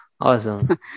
awesome